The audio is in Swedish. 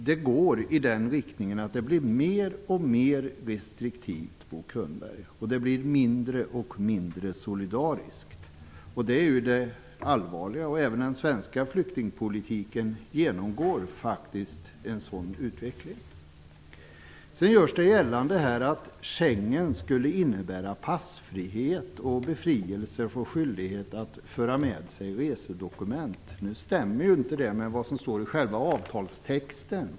Det går i riktningen att det blir mer och mer restriktivt, Bo Könberg, och det blir mindre och mindre solidariskt, vilket är det allvarliga. Även den svenska flyktingpolitiken genomgår faktiskt en sådan utveckling. Sedan görs det gällande här att Schengen skulle innebära passfrihet och befrielse från skyldighet att föra med sig resedokument. Det stämmer ju inte med vad som står i själva avtalstexten.